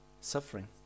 suffering